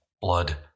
Blood